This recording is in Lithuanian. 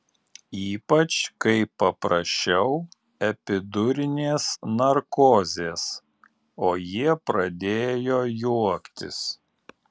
ypač kai paprašiau epidurinės narkozės o jie pradėjo juoktis